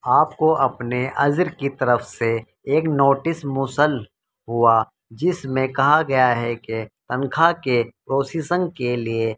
آپ کو اپنے عضر کی طرف سے ایک نوٹس موصل ہوا جس میں کہا گیا ہے کہ تنخواہ کے پروسیسنگ کے لیے